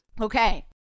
okay